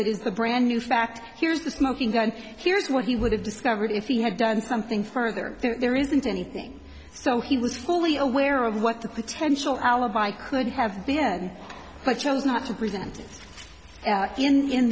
that is the brand new fact here's the smoking gun here's what he would have discovered if he had done something further there isn't anything so he was fully aware of what the potential alibi could have been but chose not to present i